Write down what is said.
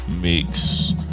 mix